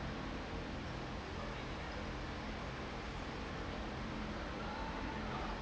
<S